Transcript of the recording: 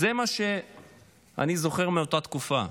זה מה שאני זוכר מאותה תקופה.